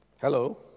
Hello